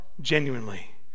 genuinely